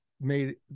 made